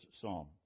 psalm